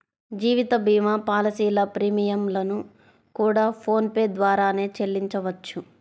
జీవిత భీమా పాలసీల ప్రీమియం లను కూడా ఫోన్ పే ద్వారానే చెల్లించవచ్చు